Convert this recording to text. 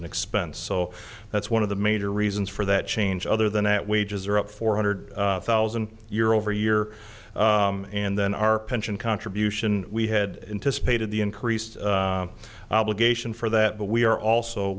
an expense so that's one of the major reasons for that change other than at wages are up four hundred thousand year over year and then our pension contribution we had anticipated the increased obligation for that but we are also